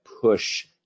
push